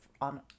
on